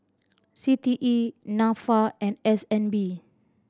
C T E Nafa and S N B